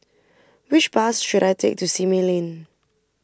which bus should I take to Simei Lane